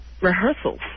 rehearsals